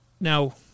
now